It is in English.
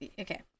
okay